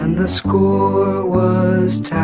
the school used